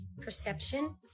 perception